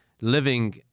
Living